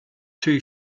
too